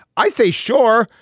i say. sure,